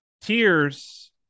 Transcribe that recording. tears